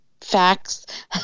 facts